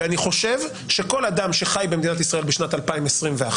ואני חושב שכל אדם שחי במדינת ישראל בשנת 2021,